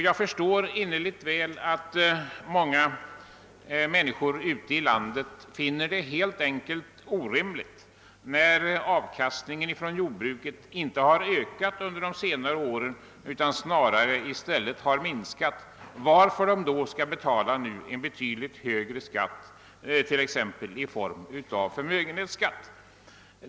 Jag förstår innerligt väl att många människor ute i landet finner det orimligt att de skall — trots att avkastningen från jordbruket inte ökat under senare år utan i stället snarare minskat — tvingas betala en betydligt högre skatt, t.ex. i form av förmögenhetsskatt.